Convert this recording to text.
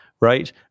right